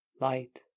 light